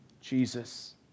Jesus